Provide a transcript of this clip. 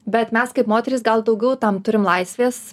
bet mes kaip moterys gal daugiau tam turim laisvės